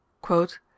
Quote